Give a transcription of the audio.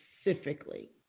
specifically